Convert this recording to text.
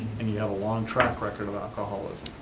and you have a long track record of alcoholism.